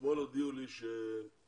אתמול הודיעו לי שטיק-טוק,